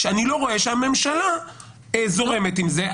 שאני לא רואה שהממשלה זורמת עם זה.